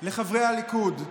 לחברי הליכוד,